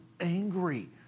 angry